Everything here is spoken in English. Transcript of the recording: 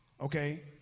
okay